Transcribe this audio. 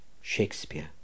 shakespeare